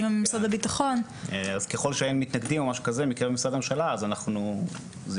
אז ככל שאין מתנגדים מקרב משרדי הממשלה זה ירוץ.